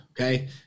Okay